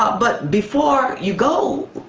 but before you go,